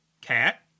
cat